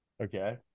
okay